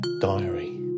diary